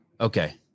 Okay